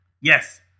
Yes